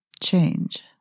change